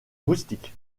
moustique